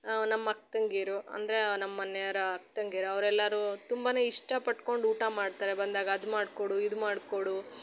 ನಮ್ಮ ಅಕ್ತಂಗಿಯರು ಅಂದರೆ ನಮ್ಮ ಮನೆಯವರ ಅಕ್ತಂಗಿಯರು ಅವರೆಲ್ಲರೂ ತುಂಬಾ ಇಷ್ಟ ಪಟ್ಕೊಂಡು ಊಟ ಮಾಡ್ತಾರೆ ಬಂದಾಗ ಅದು ಮಾಡಿಕೊಡು ಇದು ಮಾಡಿಕೊಡು